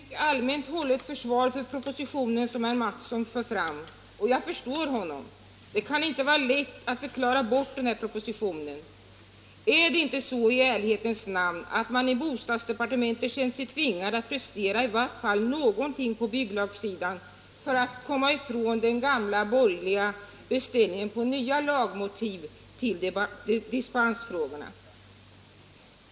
Herr talman! Det är verkligen ett mycket allmänt hållet försvar för propositionen som herr Mattsson för fram, och jag förstår honom. Det kan inte vara lätt att förklara bort den här propositionen. Är det inte så, i ärlighetens namn, att man i bostadsdepartementet känt sig tvingad att prestera i varje fall någonting på byggnadssidan för att komma ifrån den gamla borgerliga beställningen på nya lagmotiv till dispensfrågorna?